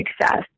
success